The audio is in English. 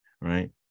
right